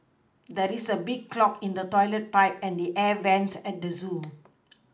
there is a clog in the toilet pipe and the air vents at the zoo